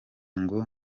ngo